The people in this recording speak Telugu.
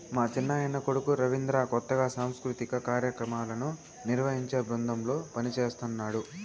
మా చిన్నాయన కొడుకు రవిచంద్ర కొత్తగా సాంస్కృతిక కార్యాక్రమాలను నిర్వహించే బృందంలో పనిజేస్తన్నడు